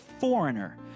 foreigner